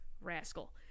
Rascal